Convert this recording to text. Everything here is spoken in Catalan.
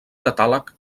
catàleg